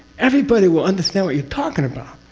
everybody will understand what you're talking about,